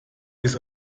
des